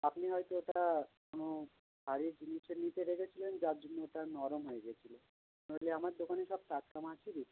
আপনি হয়তো ওটা কোনো বাড়ির নিচে নিচে রেখেছিলেন যার জন্য ওটা নরম হয়ে গেছিলো নাহলে আমার দোকানে সব টাটকা মাছই বিক্রি হয়